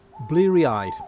Bleary-eyed